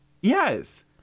Yes